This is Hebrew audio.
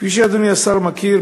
כפי שאדוני השר מכיר,